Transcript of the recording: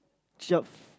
twelve